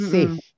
Safe